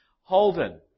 Holden